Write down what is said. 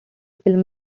film